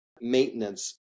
maintenance